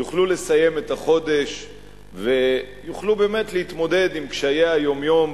יוכלו לסיים את החודש ויוכלו באמת להתמודד עם קשיי היום-יום,